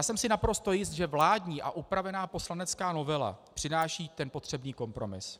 Jsem si naprosto jist, že vládní a upravená poslanecká novela přináší ten potřebný kompromis.